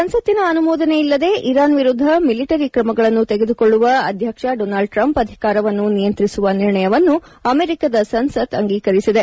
ಸಂಸತ್ತಿನ ಅನುಮೋದನೆ ಇಲ್ಲದೆ ಇರಾನ್ ವಿರುದ್ಧ ಮಿಲಿಟರಿ ತ್ರಮಗಳನ್ನು ತೆಗೆದುಕೊಳ್ಳುವ ಅಧ್ವಕ್ಷ ಡೊನಾಲ್ಡ್ ಟ್ರಂಪ್ ಅಧಿಕಾರವನ್ನು ನಿಯಂತ್ರಿಸುವ ನಿರ್ಣಯವನ್ನು ಅಮೆರಿಕದ ಸಂಸತ್ತು ಅಂಗೀಕರಿಸಿದೆ